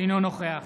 אינו נוכח